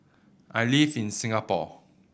I live in Singapore